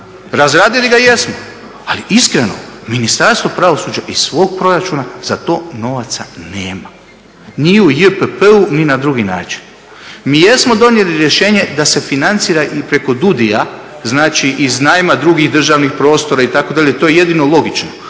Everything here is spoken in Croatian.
Razradili ga jesmo, ali iskreno Ministarstvo pravosuđa iz svog proračuna za to novaca nema, ni u JPP-u, ni na drugi način. Mi jesmo donijeli rješenje da se financira i preko dudija, znači iz najma drugih državnih prostora itd. to je jedino logično,